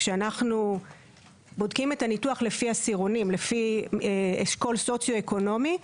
כשאנחנו בודקים את הניתוח לפי עשירונים לפי אשכול סוציואקונומי,